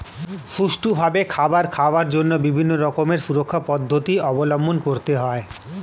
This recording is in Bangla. সুষ্ঠুভাবে খাবার খাওয়ার জন্য বিভিন্ন রকমের সুরক্ষা পদ্ধতি অবলম্বন করতে হয়